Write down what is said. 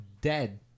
dead